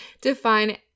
define